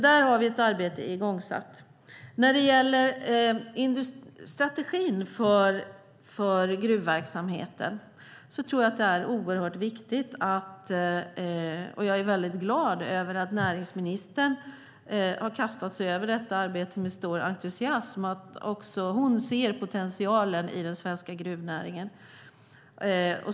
Där har vi satt i gång ett arbete. När det gäller strategin för gruvverksamheten är jag glad att näringsministern med stor entusiasm kastat sig över det arbetet, att också hon ser potentialen i den svenska gruvnäringen.